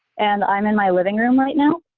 and i'm in my living room right now.